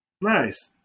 Nice